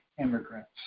Immigrants